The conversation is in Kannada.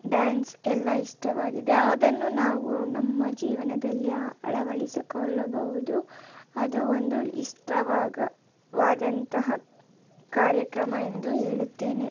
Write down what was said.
ಡ್ಯಾನ್ಸ್ ಎಲ್ಲ ಇಷ್ಟವಾಗಿದೆ ಅದನ್ನು ನಾವು ನಮ್ಮ ಜೀವನದಲ್ಲಿ ಅಳವಡಿಸಕೊಳ್ಳಬಹುದು ಅದು ಒಂದು ಇಷ್ಟವಾದ ವಾದಂತಹ ಕಾರ್ಯಕ್ರಮ ಎಂದು ಹೇಳುತ್ತೇನೆ